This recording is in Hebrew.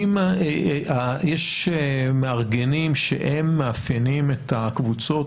יש מארגנים שהם מאפיינים את הקבוצות,